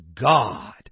God